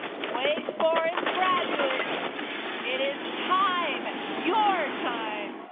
wake forest graduates it is time your time!